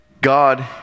God